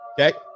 Okay